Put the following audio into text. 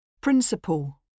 Principle